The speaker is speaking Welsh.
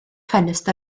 ffenest